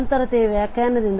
ವ್ಯಾಖ್ಯಾನದಿಂದ